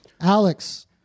Alex